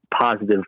positive